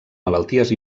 malalties